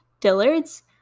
dillard's